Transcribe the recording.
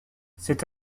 cet